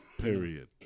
period